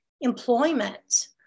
employment